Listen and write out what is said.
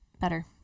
better